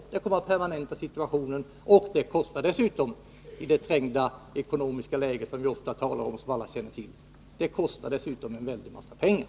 Vi kommer bara att permanenta situationen, och det kostar dessutom — vilket bör nämnas i det trängda ekonomiska läge som vi ofta talar om och som alla känner till — en väldig massa pengar.